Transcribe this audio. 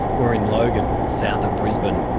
we're in logan, south of brisbane,